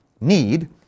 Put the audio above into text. need